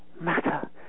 matter